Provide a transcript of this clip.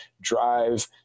drive